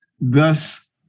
Thus